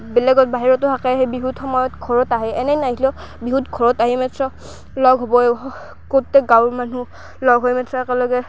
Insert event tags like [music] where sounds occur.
[unintelligible] বেলেগত বাহিৰতো থাকে সেই বিহুত সময়ত ঘৰত আহে এনে নাহিলেও বিহুত ঘৰত আহে [unintelligible] লগ হ'বই গোটেই গাঁৱৰ মানুহ লগ হৈ [unintelligible] একেলগে